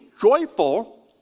Joyful